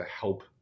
help